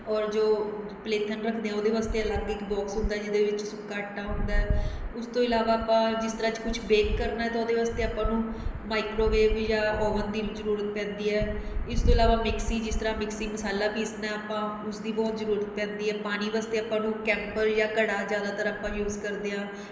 ਔਰ ਜੋ ਪਲੇਥਨ ਰੱਖਦੇ ਹਾਂ ਉਹਦੇ ਵਾਸਤੇ ਅਲੱਗ ਇਕ ਬੋਕਸ ਹੁੰਦਾ ਜਿਹਦੇ ਵਿੱਚ ਸੁੱਕਾ ਆਟਾ ਹੁੰਦਾ ਉਸ ਤੋਂ ਇਲਾਵਾ ਆਪਾਂ ਜਿਸ ਤਰ੍ਹਾਂ ਕੁਛ ਬੇਕ ਕਰਨਾ ਤਾਂ ਉਹਦੇ ਵਾਸਤੇ ਆਪਾਂ ਨੂੰ ਮਾਈਕ੍ਰੋਵੇਵ ਜਾਂ ਓਵਨ ਦੀ ਜ਼ਰੂਰਤ ਪੈਂਦੀ ਹੈ ਇਸ ਤੋਂ ਇਲਾਵਾ ਮਿਕਸੀ ਜਿਸ ਤਰ੍ਹਾਂ ਮਿਕਸਿੰਗ ਮਸਾਲਾ ਪੀਸਣਾ ਆਪਾਂ ਉਸਦੀ ਬਹੁਤ ਜਰੂਰਤ ਕਰਦੀ ਹੈ ਪਾਣੀ ਵਾਸਤੇ ਆਪਾਂ ਨੂੰ ਕੈਂਪਰ ਜਾਂ ਘੜਾ ਜ਼ਿਆਦਾਤਰ ਆਪਾਂ ਯੂਜ਼ ਕਰਦੇ ਹਾਂ